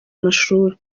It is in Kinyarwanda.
amashuri